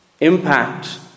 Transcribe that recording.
impact